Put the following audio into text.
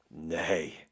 nay